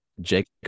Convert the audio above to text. Jacob